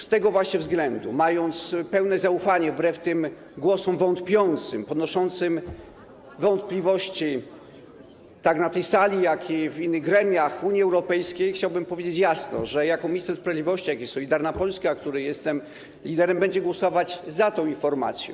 Z tego właśnie względu, mając pełne zaufanie, wbrew tym głosom wątpiącym, podnoszącym wątpliwości, tak na tej sali, jak i w gremiach Unii Europejskiej, chciałbym powiedzieć jasno, że i ja jako minister sprawiedliwości, i Solidarna Polska, której jestem liderem, będziemy głosować za tą informacją.